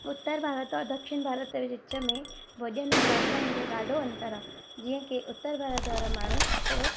उत्तर भारत और दक्षिण भारत जे विच में भोॼन ऐं भाषाउनि जो ॾाढो अंतर आहे जीअं की उत्तर भारत वारा माण्हू थोरो